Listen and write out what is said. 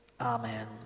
Amen